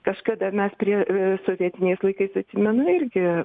kažkada mes prie sovietiniais laikais atsimenu irgi